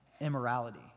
immorality